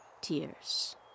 tears